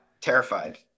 Terrified